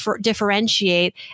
differentiate